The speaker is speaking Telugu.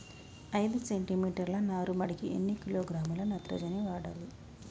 ఐదు సెంటిమీటర్ల నారుమడికి ఎన్ని కిలోగ్రాముల నత్రజని వాడాలి?